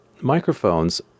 microphones